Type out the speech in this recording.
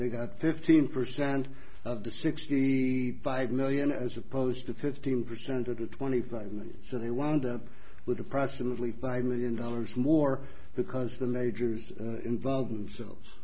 they got fifteen percent of the sixty five million as opposed to fifteen percent or twenty five minutes and they wound up with oppressively five million dollars more because the ledgers involve themselves